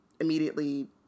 immediately